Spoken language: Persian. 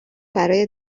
برای